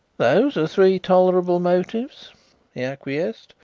those are three tolerable motives, he acquiesced.